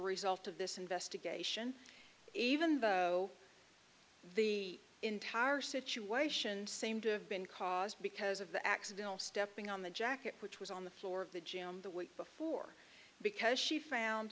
result of this investigation even though the entire situation seemed to have been caused because of the accidental stepping on the jacket which was on the floor of the gym the week before because she found